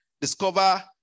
Discover